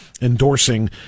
endorsing